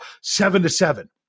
seven-to-seven